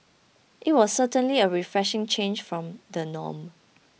it was certainly a refreshing change from the norm